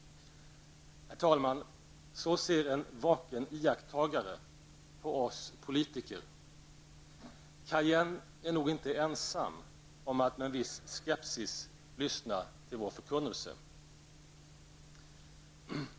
Herr talman! Så ser en vaken iakttagare på oss politiker. Kajenn är nog inte ensam om att med en viss skepsis lyssna tll vår förkunnelse.